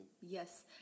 Yes